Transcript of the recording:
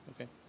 Okay